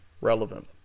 relevant